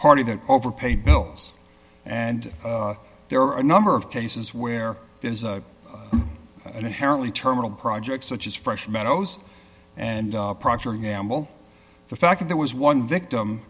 party that over pay bills and there are a number of cases where there is an inherently terminal project such as fresh meadows and procter and gamble the fact that there was one victim